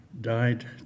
died